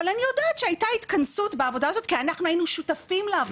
אבל אני יודעת שהייתה התכנסות בעבודה הזו כי אנחנו היינו שותפים לעבודה.